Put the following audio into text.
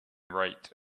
rate